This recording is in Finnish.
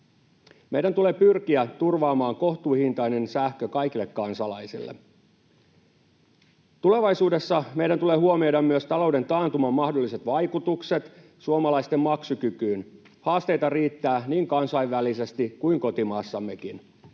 Meidän tulee pyrkiä turvaamaan kohtuuhintainen sähkö kaikille kansalaisille. Tulevaisuudessa meidän tulee huomioida myös talouden taantuman mahdolliset vaikutukset suomalaisten maksukykyyn. Haasteita riittää niin kansainvälisesti kuin kotimaassammekin,